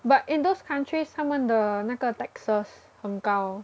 but in those countries 他们的那个 taxes 很高